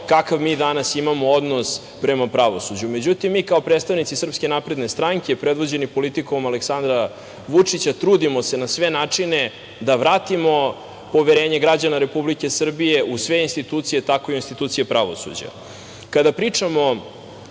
kakav mi danas imamo odnos prema pravosuđu. Međutim, mi kao predstavnici SNS, predvođeni politikom Aleksandra Vučića, trudimo se na sve načine da vratimo poverenje građana Republike Srbije u sve institucije, tako i u institucije pravosuđa. Kada pričamo